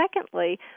secondly